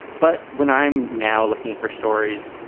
but when i'm now looking for stories,